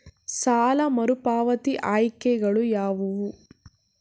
ಸಾಲ ಮರುಪಾವತಿ ಆಯ್ಕೆಗಳು ಯಾವುವು?